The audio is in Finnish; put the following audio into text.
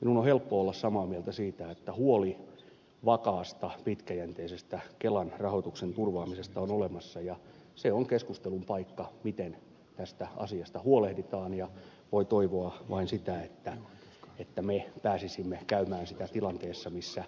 minun on helppo olla samaa mieltä siitä että huoli vakaasta pitkäjänteisestä kelan rahoituksen turvaamisesta on olemassa ja se on keskustelun paikka miten tästä asiasta huolehditaan ja voin toivoa vain sitä että me pääsisimme käymään sitä tilanteessa missä